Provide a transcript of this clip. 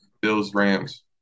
Bills-Rams